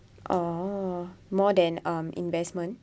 oh more than um investment